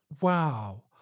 wow